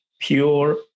pure